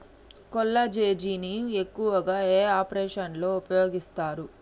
కొల్లాజెజేని ను ఎక్కువగా ఏ ఆపరేషన్లలో ఉపయోగిస్తారు?